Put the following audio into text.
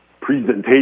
presentation